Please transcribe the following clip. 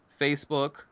Facebook